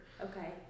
Okay